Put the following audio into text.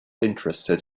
interested